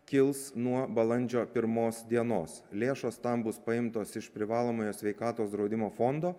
kils nuo balandžio pirmos dienos lėšos tam bus paimtos iš privalomojo sveikatos draudimo fondo